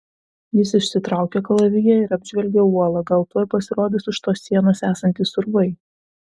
jis išsitraukė kalaviją ir apžvelgė uolą gal tuoj pasirodys už tos sienos esantys urvai